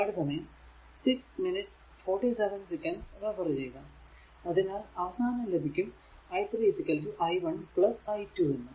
അതിനാൽ അവസാനം ലഭിക്കും i3 i1 i 2 എന്ന്